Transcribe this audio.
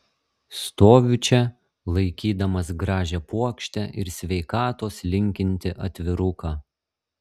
stoviu čia laikydamas gražią puokštę ir sveikatos linkintį atviruką